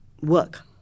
work